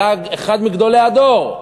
היה אחד מגדולי הדור,